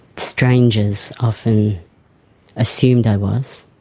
strangers often assumed i was,